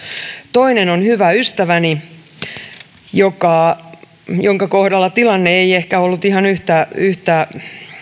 toinen on hyvä ystäväni jonka kohdalla tilanne ei ehkä ollut ihan yhtä